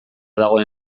dagoen